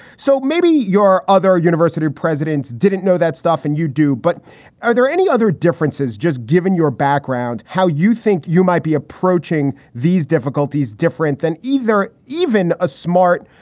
so maybe your other university presidents didn't know that stuff and you do. but are there any other differences, just given your background, how you think you might be approaching these difficulties different than either even a smart,